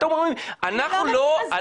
אתם אומרים: אנחנו לא --- אני אומרת לך,